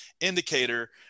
indicator